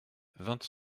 vingt